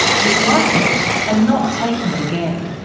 disliking it and not taking it again.